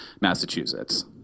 Massachusetts